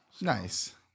Nice